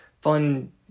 fun